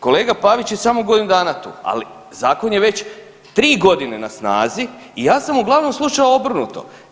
Kolega Pavić je samo godinu dana tu, ali zakon je već tri godine na snazi i ja sam uglavnom slušao obrnuto.